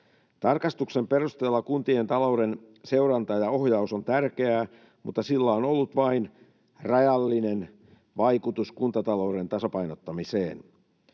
Tarkastuksen perusteella kuntien talouden seuranta ja ohjaus on tärkeää, mutta sillä on ollut vain rajallinen vaikutus kuntatalouden tasapainottamiseen.